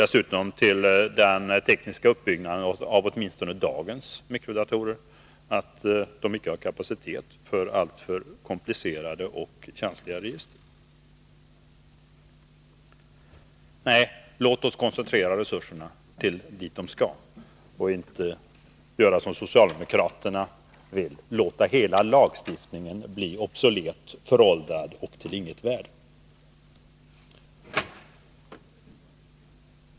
Det hör också till den tekniska uppbyggnaden, åtminstone av dagens mikrodatorer, att de icke har kapacitet för alltför komplicerade och känsliga register. Låt oss koncentrera resurserna dit de skall och inte göra som socialdemokraterna vill, låta hela lagstiftningen bli obsolet, föråldrad och till inget värde.